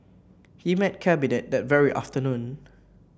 he met Cabinet that very afternoon